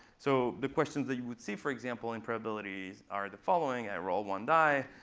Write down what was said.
so the questions that you would see, for example, in probabilities are the following. i roll one die.